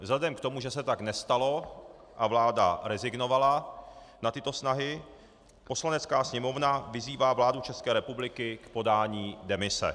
Vzhledem k tomu, že se tak nestalo a vláda rezignovala na tyto snahy, Poslanecká sněmovna vyzývá vládu České republiky k podání demise.